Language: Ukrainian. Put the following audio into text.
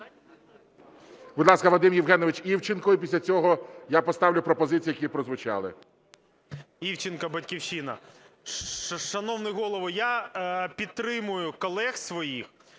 Будь ласка, Вадим Євгенович Івченко. І після цього я поставлю пропозиції, які прозвучали. 17:05:41 ІВЧЕНКО В.Є. Івченко, "Батьківщина". Шановний Голово, я підтримую колег своїх.